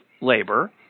labor